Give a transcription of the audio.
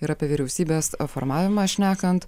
ir apie vyriausybės formavimą šnekant